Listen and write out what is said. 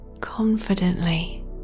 confidently